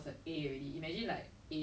right